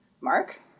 Mark